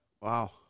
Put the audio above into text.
Wow